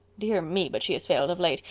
dear me, but she has failed of late.